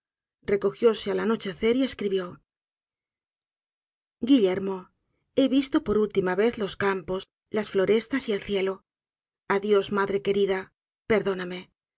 recogióse al anochecer y escribió guillermo he visto por la últimí vez los campos las florestas y el cielo adiós madre querida perdóname